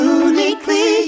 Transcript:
uniquely